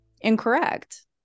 incorrect